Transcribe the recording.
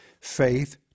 faith